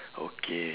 okay